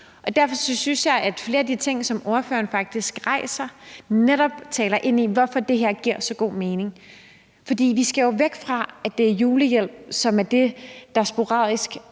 derfor synes jeg, at flere af de ting, som ordføreren rejser, netop taler ind i, hvorfor det her giver så god mening. Vi skal jo væk fra, at det er julehjælp, som er det, der sporadisk